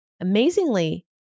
Amazingly